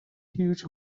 huge